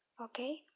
okay